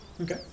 Okay